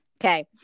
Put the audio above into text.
okay